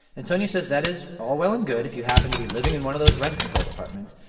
and sonja says that is all well and good if you happen to be living in one of those rent-controlled apartments.